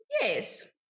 Yes